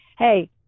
Hey